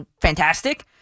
fantastic